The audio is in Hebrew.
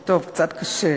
טוב, קצת קשה.